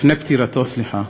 לפני פטירתו, סליחה,